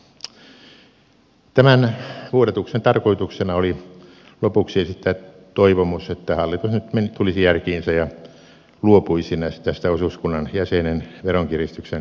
tämän vuodatuksen tarkoituksena oli lopuksi esittää toivomus että hallitus nyt tulisi järkiinsä ja luopuisi tästä osuuskunnan jäsenen veronkiristyksen jatkovalmistelusta